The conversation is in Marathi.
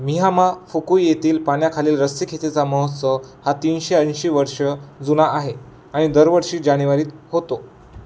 मिहामा फुकू येथील पाण्याखालील रस्सीखेचीचा महोत्सव हा तीनशे ऐंशी वर्ष जुना आहे आणि दरवर्षी जानेवारीत होतो